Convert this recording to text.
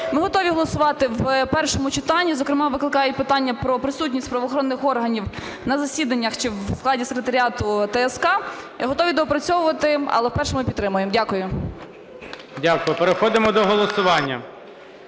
Ми готові голосувати в першому читанні. Зокрема викликає питання присутність правоохоронних органів на засіданнях чи в складі секретаріату ТСК. Готові доопрацьовувати, але в першому ми підтримуємо. Дякую. ГОЛОВУЮЧИЙ. Дякую. Переходимо до голосування.